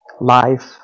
life